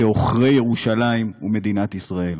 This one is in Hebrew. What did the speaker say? כעוכרי ירושלים ומדינת ישראל.